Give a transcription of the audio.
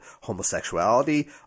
homosexuality